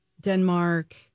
Denmark